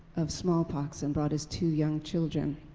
of smallpox and brought his two young children.